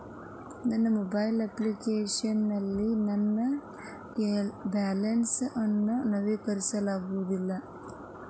ನನ್ನ mobile application ನಲ್ಲಿ ನನ್ನ ಬ್ಯಾಲೆನ್ಸ್ ಅನ್ನು ನವೀಕರಿಸಲಾಗಿಲ್ಲ